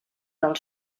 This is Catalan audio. del